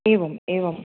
एवम् एवम्